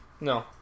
No